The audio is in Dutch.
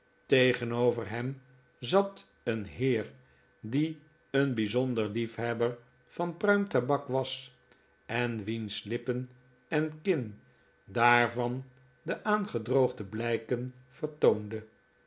tegenover hem zat een heer die een bijzonder liefhebber van pruimtabak was en wiens lippen en kin daarvan de aangedroogde blijken vertoonden